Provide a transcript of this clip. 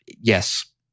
yes